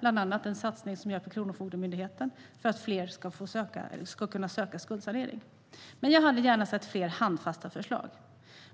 bland annat en satsning på Kronofogdemyndigheten så att fler ska kunna söka skuldsanering. Jag hade dock gärna sett fler handfasta förslag.